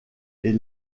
est